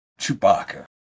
Chewbacca